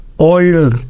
oil